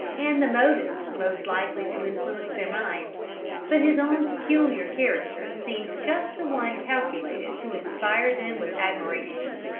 and the motives most likely to influence their minds but his own peculiar character seemed just the one calculated to inspire them with admiration.